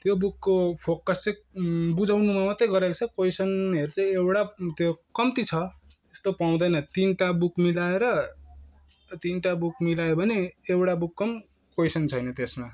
त्यो बुकको फोकस चाहिँ बुझाउनुमा मात्रै गरेको कोइसनहरू चाहिँ एउटा त्यो कम्ती छ त्यस्तो पाउँदैन तिनटा बुक मिलाएर तिनटा बुक मिलायो भने एउटा बुकको पनि कोइसन छैन त्यसमा